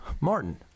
martin